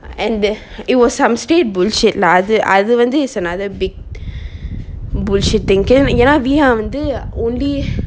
and there it was some state bullshit lah அது அது வந்து:athu athu vanthu is another big bullshit only